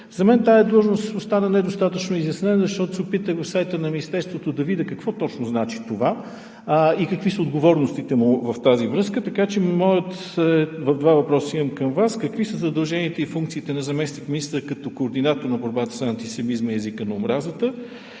За мен тази длъжност остава недостатъчно изяснена, защото се опитах в сайта на Министерството да видя какво точно значи това и какви са отговорностите му в тази връзка. Два въпроса имам към Вас: какви са задълженията и функциите на заместник-министър като координатор на борбата с антисемитизма и езика на омразата;